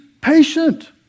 patient